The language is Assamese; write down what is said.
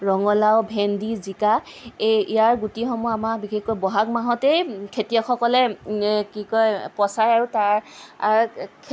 ৰঙালাউ ভেন্দি জিকা এই ইয়াৰ গুটিসমূহ আমাৰ বিশেষকৈ বহাগ মাহতেই খেতিয়কসকলে কি কয় পচায় আৰু তাৰ খেতি